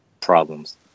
problems